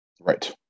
right